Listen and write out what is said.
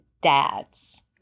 dads